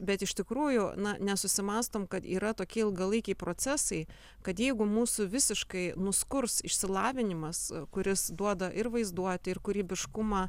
bet iš tikrųjų na nesusimąstom kad yra tokie ilgalaikiai procesai kad jeigu mūsų visiškai nuskurs išsilavinimas kuris duoda ir vaizduotę ir kūrybiškumą